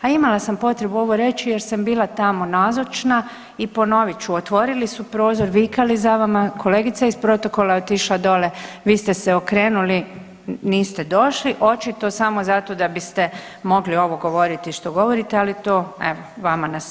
A imala sam potrebu ovo reći jer sam bila tamo nazočna i ponovit ću, otvorit su prozor, vikali za vama, kolegica iz protokola je otišla dole, vi ste se okrenuli, niste došli očito samo zato da biste mogli ovo govoriti što govorite, ali to evo vama na savjest.